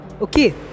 Okay